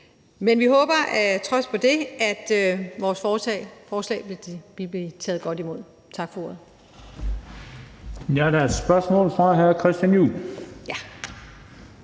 af det, at vores forslag vil blive taget godt imod. Tak for ordet.